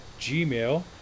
gmail